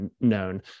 known